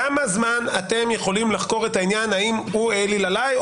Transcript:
כמה זמן אתם יכולים לחקור את העניין של האם הוא העליל עליי,